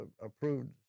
approved